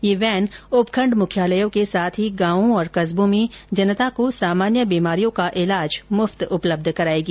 ये वैन उपखंड मुख्यालयों के साथ ही गांवों और कस्बों में जनता को सामान्य बीमारियों का इलाज मुफत उपलब्ध कराएगी